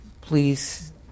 please